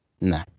Nah